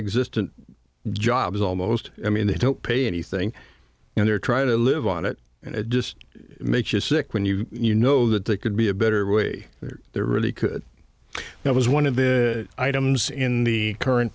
nonexistent jobs almost i mean they don't pay anything and they're trying to live on it and it just makes you sick when you you know that they could be a better way or they really could not was one of the items in the current